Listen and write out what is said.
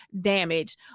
damage